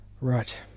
right